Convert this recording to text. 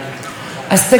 כבוד ראש הממשלה,